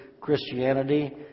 Christianity